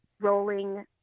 rolling